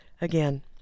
Again